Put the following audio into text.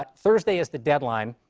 but thursday is the deadline.